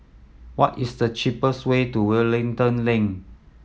what is the cheapest way to Wellington Link